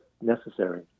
necessary